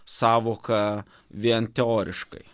sąvoka vien teoriškai